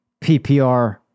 PPR